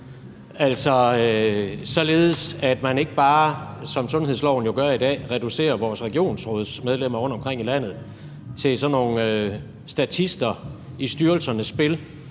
altså således at man ikke bare, som sundhedsloven jo gør i dag, reducerer vores regionsrådsmedlemmer rundtomkring i landet til sådan nogle statister i styrelsernes spil,